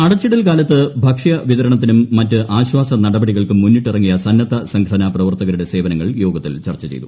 അടച്ചിടൽ കാലത്ത് ഭക്ഷ്യ വിതരണത്തിനും മറ്റ് ആശ്വാസ നടപടികൾക്കും മുന്നിട്ടിറങ്ങിയ സന്നദ്ധ സംഘടനാ പ്രവർത്തകരുടെ സേവനങ്ങൾ യോഗത്തിൽ ചർച്ച ചെയ്തു